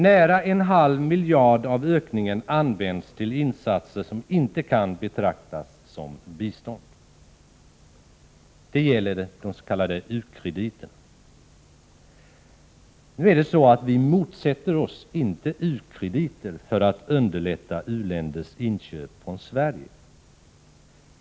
Nära en halv miljard av ökningen används till insatser som inte kan betraktas som bistånd. Det gäller de s.k. u-krediterna. Vi motsätter oss inte u-krediter som är avsedda för att underlätta u-länders inköp från Sverige.